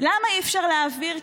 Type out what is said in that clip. למה אי-אפשר להעביר?